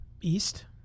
East